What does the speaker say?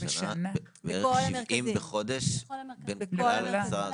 10 חדרים פעילים.